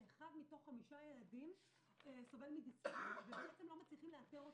שאחד מתוך חמישה ילדים סובל מדיסלקציה ובעצם לא מצליחים לאתר אותם.